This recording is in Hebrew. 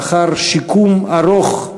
לאחר שיקום ארוך,